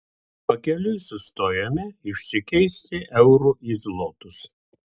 pakeliui sustojome išsikeisti eurų į zlotus